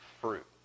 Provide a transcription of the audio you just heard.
fruit